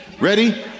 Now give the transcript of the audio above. Ready